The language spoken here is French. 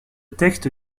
texte